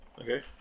Okay